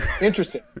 Interesting